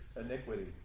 iniquity